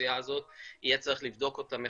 באוכלוסייה הזאת, יהיה צריך לבדוק אותם מחדש.